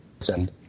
Send